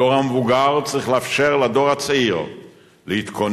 הדור המבוגר צריך לאפשר לדור הצעיר להתכונן